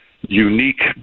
unique